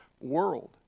world